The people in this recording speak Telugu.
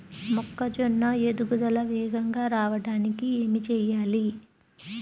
మొక్కజోన్న ఎదుగుదల వేగంగా రావడానికి ఏమి చెయ్యాలి?